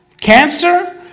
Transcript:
Cancer